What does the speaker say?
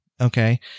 Okay